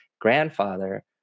grandfather